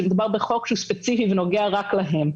שמדובר בחוק שהוא ספציפי ונוגע רק להן.